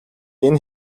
энэ